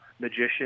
magician